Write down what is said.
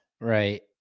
Right